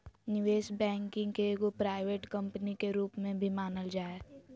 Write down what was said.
निवेश बैंकिंग के एगो प्राइवेट कम्पनी के रूप में भी मानल जा हय